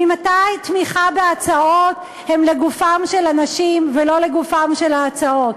ממתי תמיכה בהצעות היא לגופם של אנשים ולא לגופן של ההצעות?